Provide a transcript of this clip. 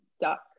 duck